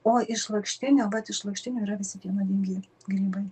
o iš lakštinio vat iš lakštinių yra visi tie nuodingi grybai